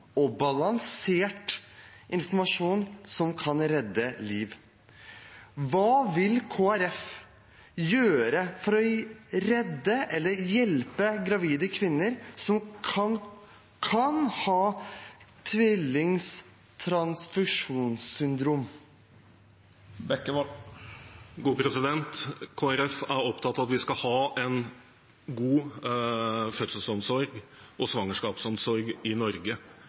og balansert informasjon som kan redde liv. Hva vil Kristelig Folkeparti gjøre for å redde eller hjelpe gravide kvinner som kan ha tvillingtransfusjonssyndrom? Kristelig Folkeparti er opptatt av at vi skal ha en god fødsels- og svangerskapsomsorg i Norge.